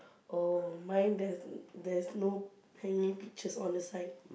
oh mine there's there is no hanging pictures on the side